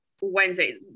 Wednesday